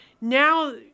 now